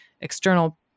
external